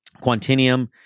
Quantinium